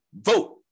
vote